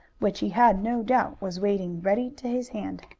which he had no doubt was waiting ready to his hand.